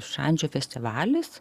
šančių festivalis